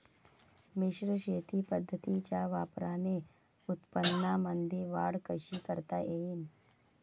मिश्र शेती पद्धतीच्या वापराने उत्पन्नामंदी वाढ कशी करता येईन?